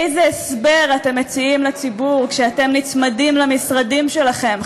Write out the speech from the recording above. איזה הסבר אתם מציעים לציבור כשאתם נצמדים למשרדים שלכם,